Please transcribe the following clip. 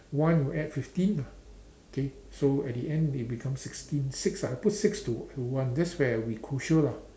one you add fifteen lah K so at the end it become sixteen six ah I put six to to one that's where we crucial lah